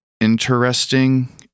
interesting